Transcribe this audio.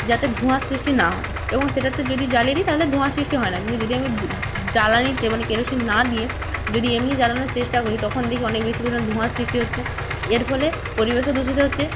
যাতে ধোঁয়ার সৃষ্টি না হয় এবং সেটাতে যদি জ্বালিয়ে দি তাহলে ধোঁয়া সৃষ্টি হয় না কিন্তু যদি আমি ওই জ্বালানিতে মানে কেরোসিন না দিয়ে যদি এমনই জ্বালানোর চেষ্টা করি তখন দেখি অনেক বেশি করে ধোঁয়ার সৃষ্টি হচ্ছে এর ফলে পরিবেশও দূষিত হচ্ছে